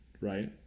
Right